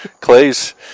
Clay's